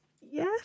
Yes